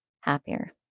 happier